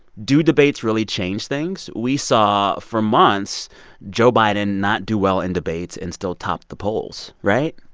do debates really change things? we saw for months joe biden not do well in debates and still top the polls, right?